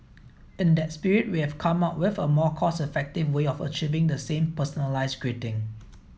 in that spirit we've come up with a more cost effective way of achieving the same personalised greeting